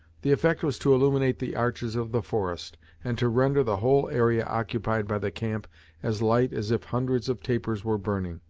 the effect was to illuminate the arches of the forest and to render the whole area occupied by the camp as light as if hundreds of tapers were burning.